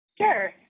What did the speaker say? Sure